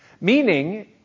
Meaning